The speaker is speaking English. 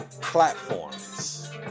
platforms